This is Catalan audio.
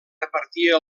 repartia